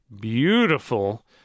beautiful